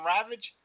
Ravage